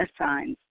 assigns